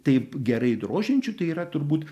taip gerai drožiančių tai yra turbūt